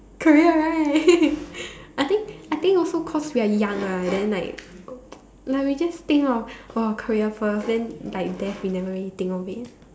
career right I think I think also cause we are young ah then like like we just think of of our career first then like death we never really think of it